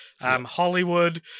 Hollywood